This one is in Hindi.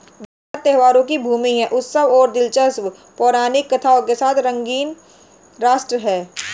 भारत त्योहारों की भूमि है, उत्सवों और दिलचस्प पौराणिक कथाओं के साथ रंगीन राष्ट्र है